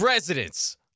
Residents